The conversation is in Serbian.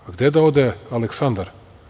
A gde da ode Aleksandar?